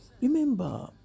Remember